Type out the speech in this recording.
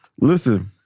Listen